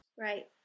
Right